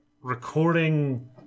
recording